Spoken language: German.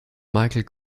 michael